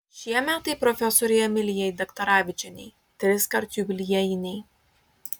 šie metai profesorei emilijai daktaravičienei triskart jubiliejiniai